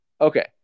okay